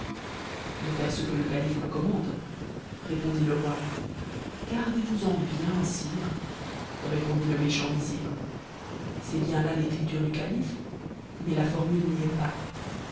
de faire ce que le caufec commande répondit le roi gardez-vous-en bien sire répondit méchant vizir c'est bien là l'écriture du calife mais la formule n'y est pas